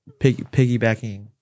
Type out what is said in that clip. piggybacking